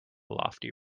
lofty